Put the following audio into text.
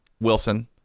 wilson